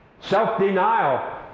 Self-denial